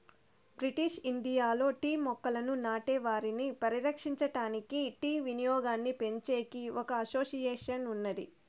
British ఇండియాలో tea మొక్కలను నాటే వారిని పరిరక్షించడానికి, టీ వినియోగాన్నిపెంచేకి ఒక అసోసియేషన్ ఉన్నాది